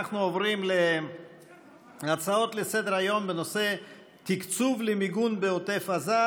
אנחנו עוברים להצעות לסדר-היום בנושא: תקצוב למיגון בעוטף עזה,